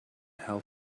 help